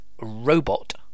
robot